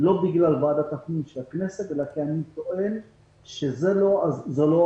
לא בגלל ועדת הפנים של הכנסת אלא כי אני טוען שזו לא העת,